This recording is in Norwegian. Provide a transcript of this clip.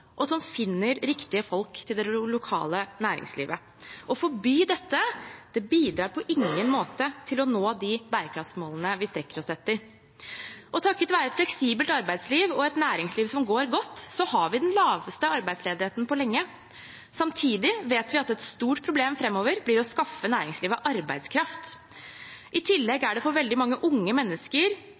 og som finner riktige folk til det lokale næringslivet. Å forby dette bidrar på ingen måte til å nå de bærekraftsmålene vi strekker oss etter. Takket være et fleksibelt arbeidsliv og et næringsliv som går godt, har vi den laveste arbeidsledigheten på lenge. Samtidig vet vi at et stort problem framover blir å skaffe næringslivet arbeidskraft. I tillegg er det for veldig mange unge mennesker